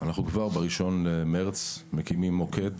אנחנו כבר ב-1 במרץ מקימים מוקד,